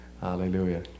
hallelujah